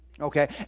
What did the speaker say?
Okay